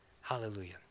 Hallelujah